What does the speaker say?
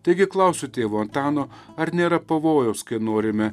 taigi klausiu tėvo antano ar nėra pavojaus kai norime